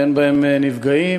ואין בהן נפגעים,